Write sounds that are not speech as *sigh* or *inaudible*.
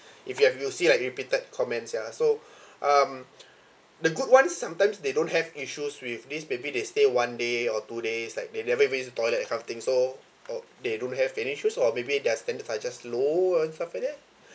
if you have you see like repeated comments ya so *breath* um the good ones sometimes they don't have issues with this maybe they stay one day or two days like they never even use the toilet that kind of thing so uh they don't have any issues or maybe their standards are just low and stuff like that